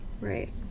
Right